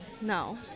No